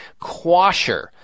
quasher